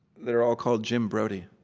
they're all called jim brodey.